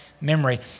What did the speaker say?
memory